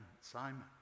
Simon